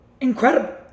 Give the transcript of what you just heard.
incredible